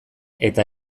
eta